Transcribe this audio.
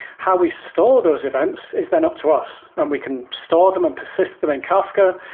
how we store those events is then up to us, and we can store them and persist them in kafka.